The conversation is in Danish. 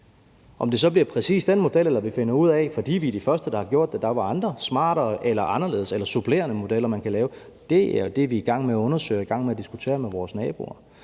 Om det så bliver præcis den model, eller vi finder ud af, fordi vi er de første, der har gjort det, at der er andre smartere, anderledes eller supplerende modeller, man kan lave, er jo det, vi er i gang med at undersøge og i gang med at diskutere med vores naboer.